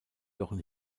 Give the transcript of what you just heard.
jochen